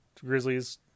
Grizzlies